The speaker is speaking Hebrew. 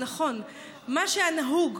מה שהיה נהוג,